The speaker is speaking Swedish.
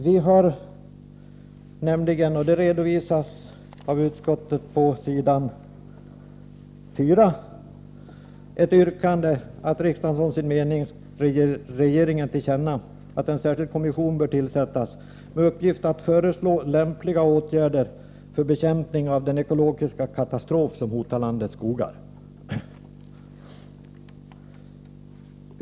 Vi har nämligen — och det redovisas av utskottet på s. 4 — ett yrkande att riksdagen som sin mening ger regeringen till känna att en särskild kommission bör tillsättas med uppgift att föreslå lämpliga åtgärder för bekämpning av den ekologiska katastrof som hotar landets skogar.